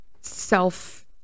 self